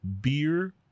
beer